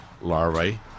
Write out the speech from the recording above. larvae